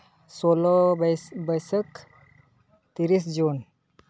ᱥᱳᱞᱳ ᱵᱟᱹᱭ ᱵᱟᱹᱭᱥᱟᱹᱠᱷ ᱛᱤᱨᱤᱥ ᱡᱩᱱ